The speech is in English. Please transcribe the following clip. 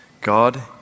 God